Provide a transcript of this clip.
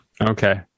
okay